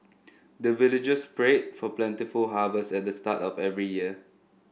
the villagers pray for plentiful harvest at the start of every year